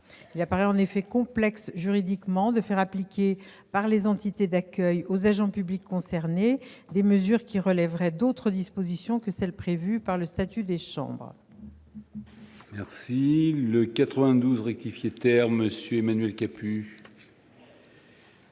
Il apparaît en effet complexe juridiquement de faire appliquer par les entités d'accueil aux agents publics concernés des mesures relevant d'autres dispositions que celles prévues par le statut des chambres. L'amendement n° 92 rectifié, présenté par MM. Capus,